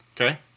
Okay